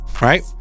right